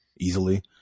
easily